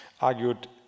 argued